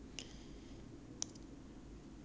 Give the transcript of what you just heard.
orh 那个 ah